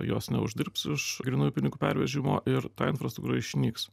jos neuždirbs iš grynųjų pinigų pervežimo ir ta infrastruktūra išnyks